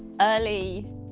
early